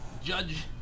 Judge